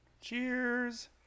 Cheers